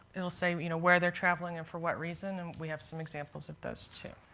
they will say you know where they're travelling and for what reason, and we have some examples of those too.